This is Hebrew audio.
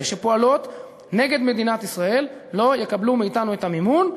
שפועלות נגד מדינת ישראל לא יקבלו מאתנו את המימון,